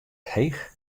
heech